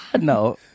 No